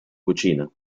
cucina